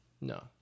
No